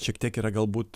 šiek tiek yra galbūt